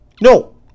No